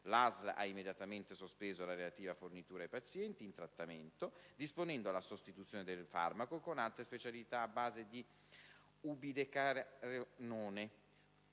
L'ASL ha immediatamente sospeso la relativa fornitura ai pazienti in trattamento, disponendo la sostituzione del farmaco con altre specialità a base di ubidecarenone.